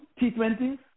T20s